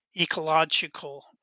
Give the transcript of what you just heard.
ecological